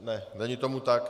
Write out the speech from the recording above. Ne, není tomu tak.